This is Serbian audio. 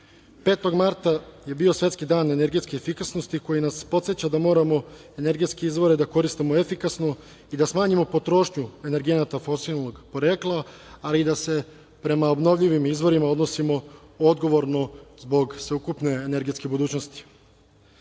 5. marta je bio Svetski dan energetske efikasnosti koji nas podseća da moramo energetske izvore da koristimo efikasno i da smanjimo potrošnju energenata fosilnog porekla, ali i da se prema obnovljivim izvorima odnosimo odgovorno zbog sveukupne energetske budućnosti. Naša